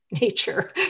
nature